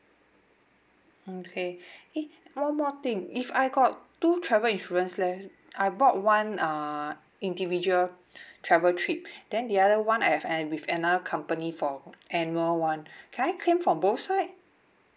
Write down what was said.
okay eh one more thing if I got two travel insurance leh I bought one uh individual travel trip then the other one I have uh with another company for annual one can I claim from both side